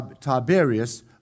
Tiberius